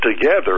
together